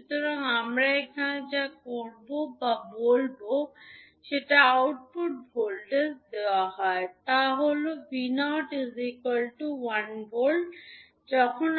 সুতরাং আমরা এখানে যা করব আমরা বলব যে আউটপুট ভোল্টেজ দেওয়া হয় তা হল 𝑉𝑜 1 𝑉 𝑉